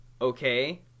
okay